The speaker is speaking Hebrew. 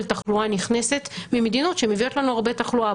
תחלואה נכנסת ממדינות שמביאות לנו הרבה תחלואה.